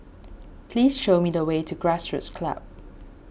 please show me the way to Grassroots Club